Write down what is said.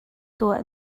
tuah